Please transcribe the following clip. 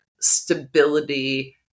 stability